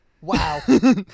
Wow